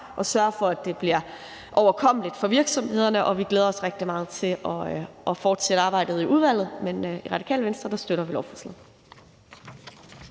og sørge for, at det bliver overkommeligt for virksomhederne, og vi glæder os rigtig meget til at fortsætte arbejdet i udvalget. I Radikale Venstre støtter vi lovforslaget.